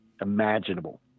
imaginable